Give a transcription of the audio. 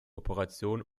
operation